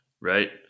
Right